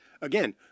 again